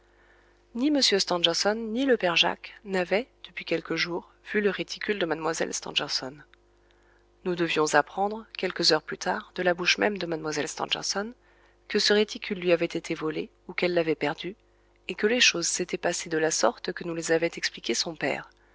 m stangerson ni le père jacques n'avaient depuis quelques jours vu le réticule de mlle stangerson nous devions apprendre quelques heures plus tard de la bouche même de mlle stangerson que ce réticule lui avait été volé ou qu'elle l'avait perdu et que les choses s'étaient passées de la sorte que nous les avaient expliquées son père